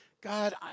God